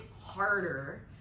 harder